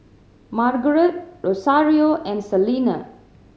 Margarett Rosario and Salena